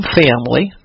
family